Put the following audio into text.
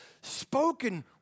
spoken